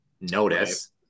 notice